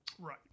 Right